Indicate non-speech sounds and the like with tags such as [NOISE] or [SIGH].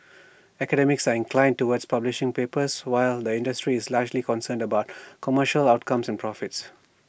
academics sign inclined towards publishing papers while the industry is largely concerned about [NOISE] commercial outcomes and profits